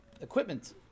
equipment